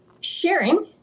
sharing